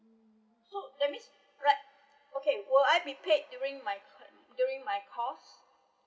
mm so that means right okay will I be paid during my course